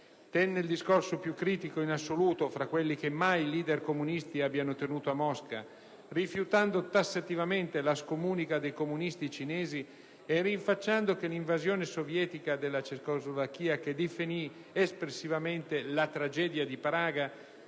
tenne il discorso più critico in assoluto fra quelli che mai leader comunisti abbiano tenuto a Mosca, rifiutando tassativamente la scomunica dei comunisti cinesi e rinfacciando che l'invasione sovietica della Cecoslovacchia (che definì espressivamente la «tragedia di Praga»)